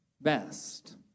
best